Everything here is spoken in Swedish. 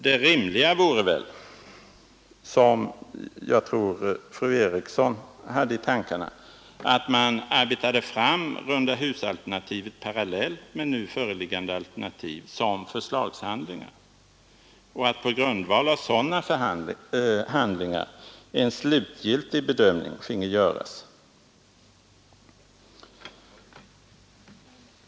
Det rimliga vore väl — som jag tror att fru Eriksson hade i tankarna — att man arbetade fram rundahusalternativet parallellt med nu föreliggande alternativ som förslagshandlingar och att på grundval av sådana handlingar en slutgiltig bedömning finge göras.